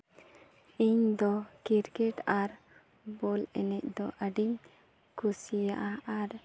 ᱤᱧ ᱫᱚ ᱠᱨᱤᱠᱮᱴ ᱟᱨ ᱵᱚᱞ ᱮᱱᱮᱡ ᱫᱚ ᱟᱹᱰᱤᱧ ᱠᱩᱥᱤᱭᱟᱜᱼᱟ